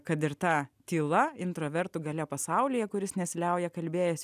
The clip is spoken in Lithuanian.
kad ir tą tyla introvertų galia pasaulyje kuris nesiliauja kalbėjęs